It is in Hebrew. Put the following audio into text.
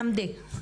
חמדה,